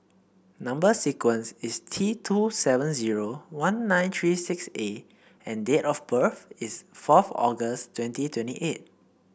number sequence is T two seven zero one nine three six A and date of birth is fourth August twenty twenty eight